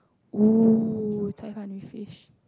!oo! Cai Fan with fish